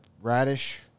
Radish